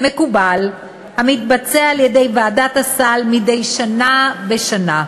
מקובל המתבצע על-ידי ועדת הסל מדי שנה בשנה.